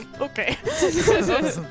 Okay